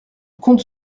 compte